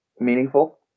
Meaningful